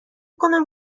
کنم